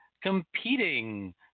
competing